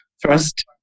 first